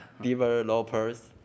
developers